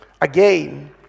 Again